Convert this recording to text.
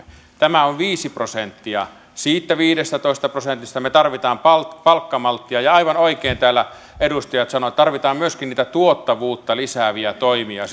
tämä on viisi prosenttia siitä viidestätoista prosentista me tarvitsemme palkkamalttia ja aivan oikein täällä edustajat sanoivat että tarvitaan myöskin niitä tuottavuutta lisääviä toimia